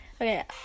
Okay